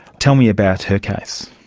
tell me about her case.